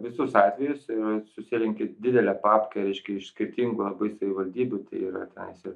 visus atvejus ir susirenki didelę papkę reiškia iš skirtingų labai savivaldybių tai yra teisė